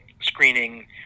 screening